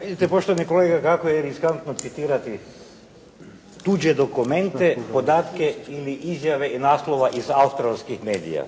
vidite poštovani kolega kako je riskantno citirati tuđe dokumente, podatke ili izjave i naslova iz australskih medija.